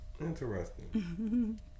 Interesting